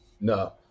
No